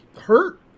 hurt